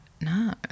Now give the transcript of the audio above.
no